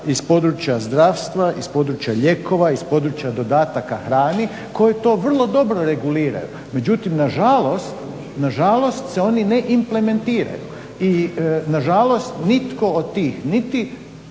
iz područja zdravstva, iz područja lijekova, iz područja dodataka hrani koji to vrlo dobro reguliraju. Međutim nažalost se oni ne implementiraju i nažalost nitko od tih niti